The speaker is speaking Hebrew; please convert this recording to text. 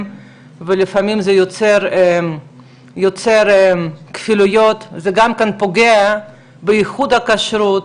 ולפעמים זה יוצר כפילויות וגם פוגע באיכות הכשרות.